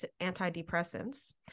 antidepressants